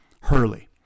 Hurley